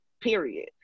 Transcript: Period